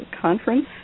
conference